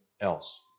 else